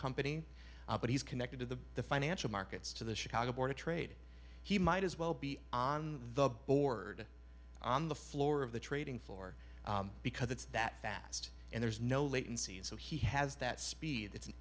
company but he's connected to the financial markets to the chicago board of trade he might as well be on the board on the floor of the trading floor because it's that fast and there's no latency and so he has that speed that's an